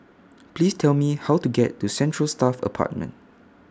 Please Tell Me How to get to Central Staff Apartment